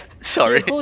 Sorry